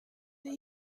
that